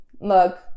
look